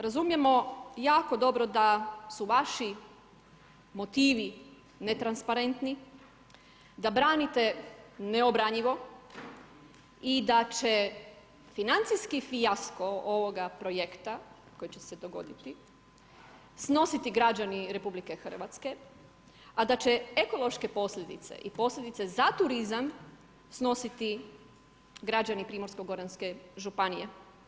Razumijemo jako dobro, da su vaši motivi netransparentni, da branite neobranjivo i da će financijski fijasko ovoga projekta, koji će se dogoditi, snositi građani RH, a da će ekološke posljedice i posljedice za turizam snositi građani Primorsko goranske županije.